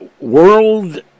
world